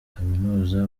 kaminuza